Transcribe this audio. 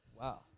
Wow